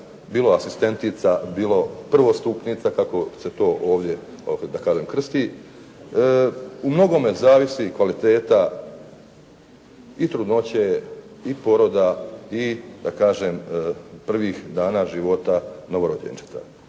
bilo asistentica, bilo prvostupnica kako se to ovdje da kažem krsti, u mnogome zavisi kvaliteta i trudnoće, i poroda, i da kažem prvih dana života novorođenčeta.